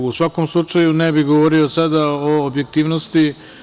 U svakom slučaju, ne bi govorio sada o objektivnosti.